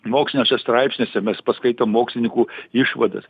moksliniuose straipsniuose mes paskaitom mokslininkų išvadas